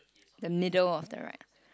the middle of the right